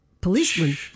policemen